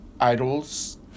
idols